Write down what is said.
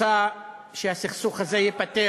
הרשימה המשותפת רוצה שהסכסוך הזה ייפתר,